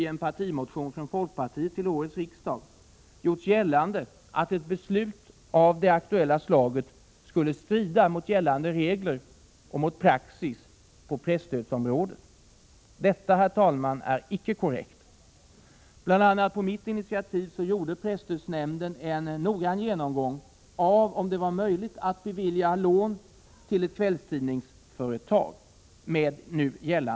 i en partimotion från folkpartiet till årets riksdag, gjorts gällande att ett beslut av det aktuella slaget skulle strida mot gällande regler och mot praxis på presstödsområdet. Detta, herr talman, är inte korrekt. Bl. a. på mitt initiativ gjorde presstödsnämnden en noggrann genomgång av om det med nuvarande regler var möjligt att bevilja lån till ett kvällstidningsföretag.